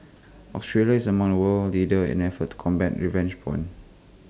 Australia is among world leaders in efforts to combat revenge porn